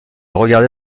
regardai